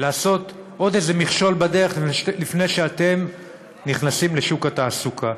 לעשות עוד איזה מכשול בדרך לפני שאתם נכנסים לשוק התעסוקה?